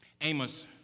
Amos